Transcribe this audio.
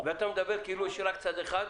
ואתה מדבר כאילו יש רק צד אחד.